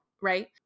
right